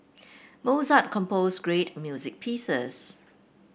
Mozart composed great music pieces